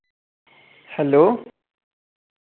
hello